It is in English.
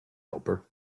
helper